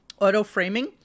auto-framing